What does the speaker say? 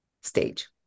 stage